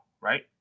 right